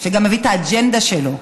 שגם מביא את האג'נדה שלו,